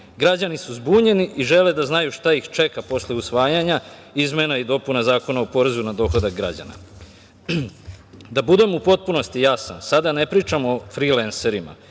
Građani su zbunjeni i žele da znaju šta ih čeka posle usvajanja izmena i dopuna Zakona o porezu na dohodak građana. Da budem u potpunosti jasan, sada ne pričam o frilenserima,